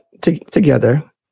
together